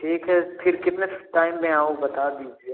ठीक है फिर कितने टाइम में आऊँ बता दीजिए